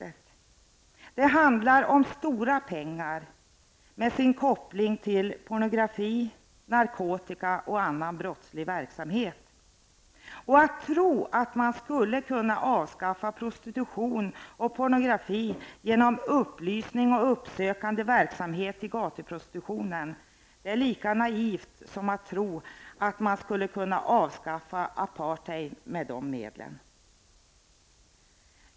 Prostitutionen handlar om stora pengar genom sin koppling till pornografi, narkotika och annan brottslig verksamhet. Att tro att man skulle kunna avskaffa prostitution och pornografi genom upplysning och uppsökande verksamhet i gatuprostitutionen är lika naivt som att tro att man skulle kunna avskaffa apartheid med sådana medel.